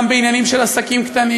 גם בעניינים של עסקים קטנים,